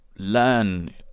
learn